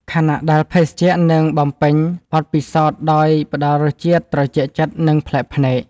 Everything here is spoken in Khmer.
ខណៈដែលភេសជ្ជៈនឹងបំពេញបទពិសោធន៍ដោយផ្តល់រសជាតិត្រជាក់ចិត្ត និងប្លែកភ្នែក។